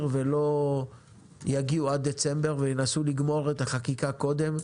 ולא יגיעו עד דצמבר וינסו לגמור את החקיקה קודם.